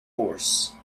force